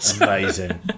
Amazing